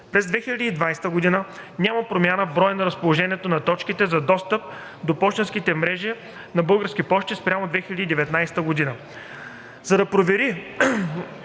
През 2020 г. няма промяна в броя и разположението на точките за достъп до пощенската мрежа на „Български пощи“ спрямо 2019 г.